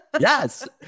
yes